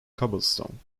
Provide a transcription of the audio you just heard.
cobblestone